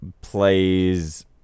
plays